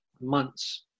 months